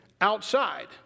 outside